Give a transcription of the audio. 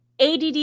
ADD